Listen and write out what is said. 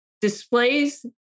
displays